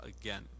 again